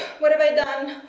what have i done!